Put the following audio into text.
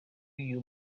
you